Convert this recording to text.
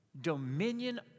dominion